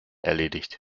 erledigt